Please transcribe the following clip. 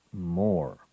more